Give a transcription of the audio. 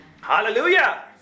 Hallelujah